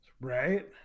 Right